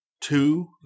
two